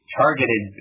targeted